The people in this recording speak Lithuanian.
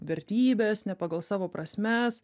vertybes ne pagal savo prasmes